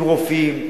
עם רופאים,